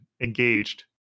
engaged